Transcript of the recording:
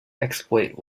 exploit